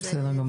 בסדר גמור.